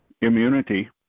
immunity